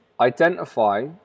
identify